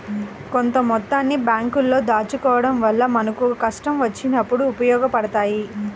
కొంత మొత్తాన్ని బ్యేంకుల్లో దాచుకోడం వల్ల మనకు కష్టం వచ్చినప్పుడు ఉపయోగపడతయ్యి